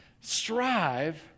strive